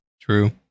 True